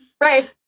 right